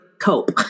cope